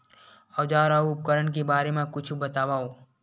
औजार अउ उपकरण के बारे मा कुछु बतावव?